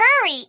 hurry